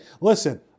listen